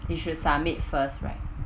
he should submit first right